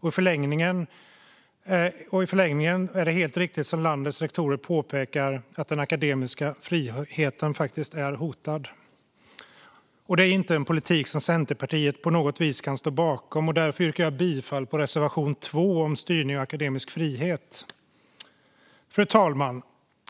och i förlängningen är det helt riktigt som landets rektorer påpekar den akademiska friheten som är hotad. Det är inte en politik som Centerpartiet på något vis kan stå bakom. Därför yrkar jag bifall till reservation 2 om styrning och akademisk frihet. Fru talman!